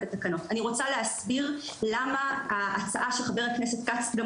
רוצה להסביר למה ההצעה של חבר הכנסת כץ,